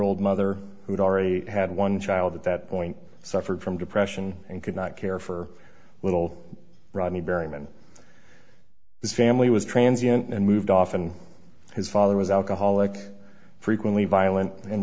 old mother who'd already had one child at that point suffered from depression and could not care for little runny berryman his family was transients and moved off and his father was alcoholic frequently violent and